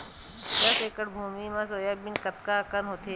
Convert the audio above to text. दस एकड़ भुमि म सोयाबीन कतका कन होथे?